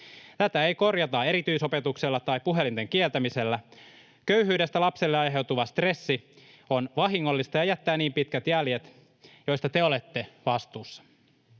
Tätä ei korjata erityisopetuksella tai puhelinten kieltämisellä. Köyhyydestä lapselle aiheutuva stressi on vahingollista ja jättää niin pitkät jäljet, joista te olette vastuussa.